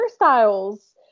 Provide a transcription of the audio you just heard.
hairstyles